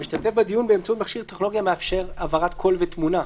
"ישתתף בדיון באמצעות מכשיר טכנולוגיה המאפשר העברת קול ותמונה",